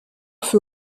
feu